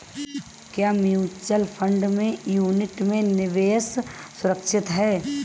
क्या mutual fund unit में निवेश सुरक्षित है?